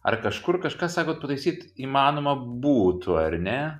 ar kažkur kažką sakot pataisyt įmanoma būtų ar ne